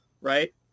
right